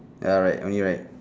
ya right only like